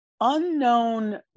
unknown